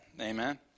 amen